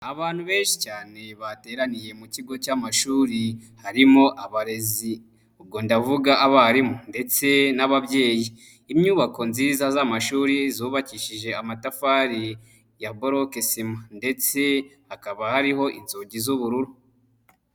Abantu benshi cyane bateraniye mu kigo cy'amashuri, harimo abarezi, ubwo ndavuga abarimu ndetse n'ababyeyi. Inyubako nziza z'amashuri zubakishije amatafari ya boroke sima ndetse hakaba hariho inzugi z'ubururu.